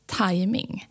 timing